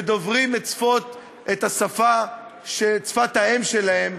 ודוברים את שפת האם שלהם,